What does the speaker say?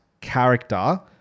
character